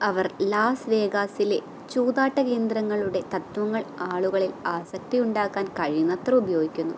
അവർ Las വേഗാസിലെ ചൂതാട്ട കേന്ദ്രങ്ങളുടെ തത്വങ്ങൾ ആളുകളിൽ ആസക്തിയുണ്ടാക്കാൻ കഴിയുന്നത്ര ഉപയോഗിക്കുന്നു